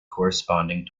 corresponding